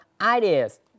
ideas